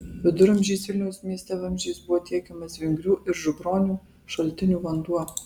viduramžiais vilniaus mieste vamzdžiais buvo tiekiamas vingrių ir župronių šaltinių vanduo